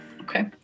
okay